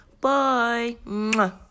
Bye